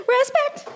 Respect